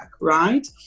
right